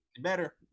Better